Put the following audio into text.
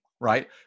right